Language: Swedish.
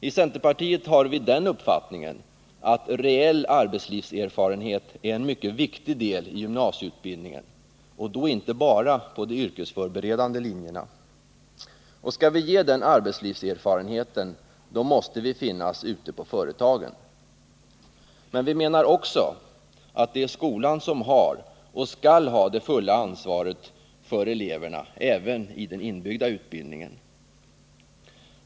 I centerpartiet har vi den uppfattningen att reell arbetslivserfarenhet är en mycket viktig del i gymnasieutbildningen, och då inte bara på de yrkesförberedande linjerna. Skall vi ge den arbetserfarenheten, måste vi finnas ute på företagen. Men vi menar också att det är skolan som har, och skall ha, det fulla ansvaret för eleverna även i den inbyggda utbildningen.